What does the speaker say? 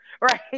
Right